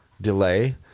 delay